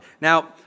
Now